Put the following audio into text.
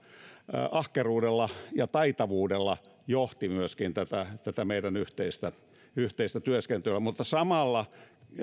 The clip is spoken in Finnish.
ahkeruudella ja taitavuudella johti tätä tätä meidän yhteistä yhteistä työskentelyämme mutta samalla